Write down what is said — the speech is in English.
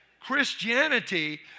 Christianity